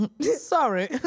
sorry